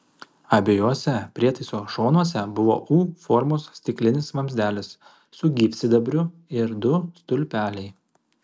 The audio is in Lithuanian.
abiejuose prietaiso šonuose buvo u formos stiklinis vamzdelis su gyvsidabriu ir du stulpeliai